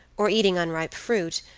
or eating unripe fruit,